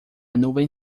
nuvem